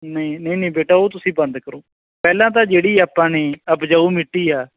ਨਹੀ ਨਹੀਂ ਨਹੀਂ ਬੇਟਾ ਉਹ ਤੁਸੀਂ ਬੰਦ ਕਰੋ ਪਹਿਲਾਂ ਤਾਂ ਜਿਹੜੀ ਆਪਾਂ ਨੇ ਉਪਜਾਊ ਮਿੱਟੀ ਆ